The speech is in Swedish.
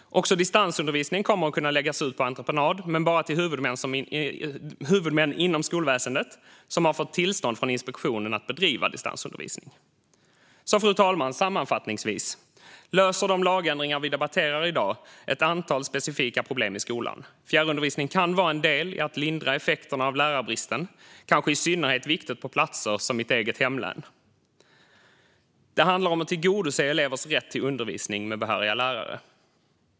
Också distansundervisning kommer att kunna läggas ut på entreprenad, men bara till huvudmän inom skolväsendet som har fått tillstånd från Skolinspektionen att bedriva distansundervisning. Fru talman! Låt mig sammanfattningsvis säga att de lagändringar vi debatterar i dag löser ett antal specifika problem i skolan. Fjärrundervisning kan vara en del i att lindra effekterna av lärarbristen. Det är kanske i synnerhet viktigt på platser som mitt eget hemlän. Det handlar om att tillgodose elevers rätt till undervisning med behöriga lärare.